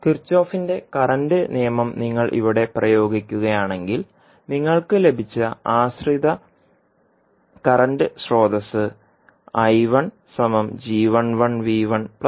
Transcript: കിർചോഫിന്റെ കറന്റ് നിയമം Kirchhoff's current law നിങ്ങൾ ഇവിടെ പ്രയോഗിക്കുകയാണെങ്കിൽ നിങ്ങൾക്ക് ലഭിച്ച ആശ്രിത കറന്റ് സ്രോതസ്സ്